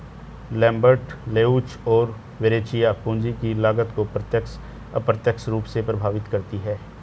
Lambert, Leuz और Verrecchia, पूंजी की लागत को प्रत्यक्ष, अप्रत्यक्ष रूप से प्रभावित करती है